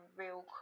real